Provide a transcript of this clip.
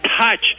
touch